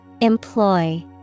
Employ